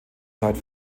zeit